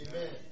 Amen